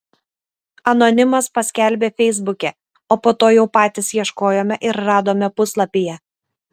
anonimas paskelbė feisbuke o po to jau patys ieškojome ir radome puslapyje